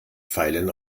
pfeilen